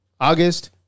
August